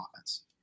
offense